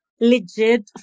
legit